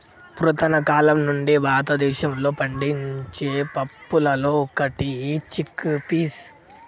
పురతన కాలం నుండి భారతదేశంలో పండించే పప్పులలో ఒకటి చిక్ పీస్